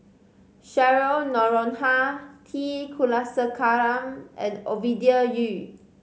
Cheryl Noronha T Kulasekaram and Ovidia Yu